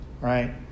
Right